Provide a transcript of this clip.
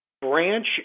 Branch